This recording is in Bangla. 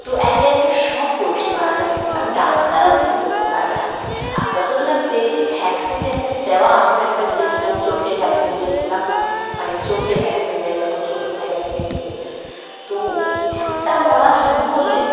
তো একে একে সব পোলট্রি মারা যাবে কারি ডাক্তারও কিছু করতে পারবে না আর যতদূর আমি দেখি ভ্যাকসিন ট্যাকসিন দেওয়া আমিও একবার গিয়েছিলাম চোখে ভ্যাকসিন দিয়েছিলাম মানে চোখে ভ্যাকসিন দেয় যখন ছোটো থাকে আমি দেখেছি তো একটা মরা শুরু করলেই